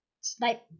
snipe